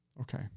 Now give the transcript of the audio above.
Okay